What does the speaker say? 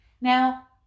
Now